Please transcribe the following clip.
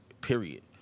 period